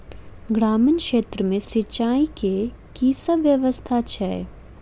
ग्रामीण क्षेत्र मे सिंचाई केँ की सब व्यवस्था छै?